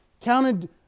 counted